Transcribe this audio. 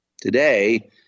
Today